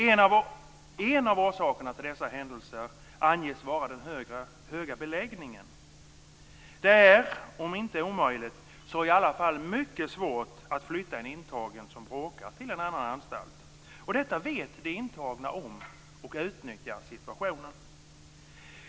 En av orsakerna till dessa händelser anges vara den höga beläggningen. Det är om inte omöjligt så i alla fall mycket svårt att flytta en intagen som bråkar till en annan anstalt. Detta vet de intagna om, och de utnyttjar situationen.